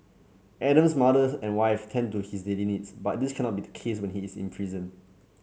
Adam's mother and wife tend to his daily needs but this cannot be the case when he is imprisoned